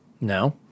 No